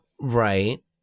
right